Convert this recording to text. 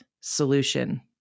solution